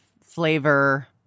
flavor